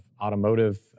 automotive